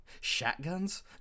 shotguns